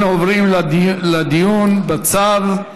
אנחנו עוברים לדיון בצו.